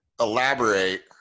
elaborate